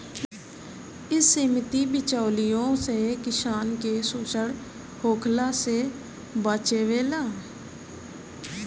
इ समिति बिचौलियों से किसान के शोषण होखला से बचावेले